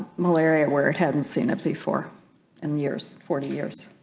malaria where it hadn't seen it before in years forty years